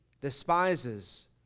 despises